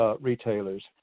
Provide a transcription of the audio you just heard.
retailers